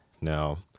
Now